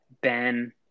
Ben